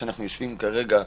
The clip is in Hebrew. שאנחנו יושבים בו כרגע,